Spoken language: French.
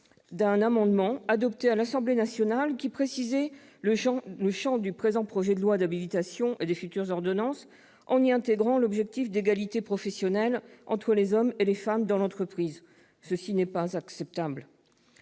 d'un amendement adopté à l'Assemblée nationale, qui précisait le champ du présent projet de loi d'habilitation et des futures ordonnances en y intégrant l'objectif d'égalité professionnelle entre les hommes et les femmes dans l'entreprise. Ce n'est pas acceptable